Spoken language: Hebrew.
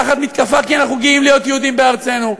תחת מתקפה שאנחנו גאים להיות יהודים בארצנו.